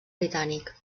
britànic